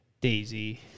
Daisy